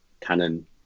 canon